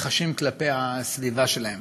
חשים כלפי הסביבה שלהם.